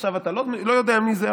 עכשיו אתה לא יודע מי זה,